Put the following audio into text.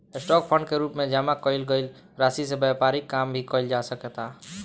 stock fund के रूप में जामा कईल गईल राशि से व्यापारिक काम भी कईल जा सकता